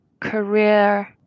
career